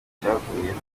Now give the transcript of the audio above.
cyavuyeho